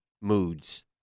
moods